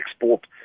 export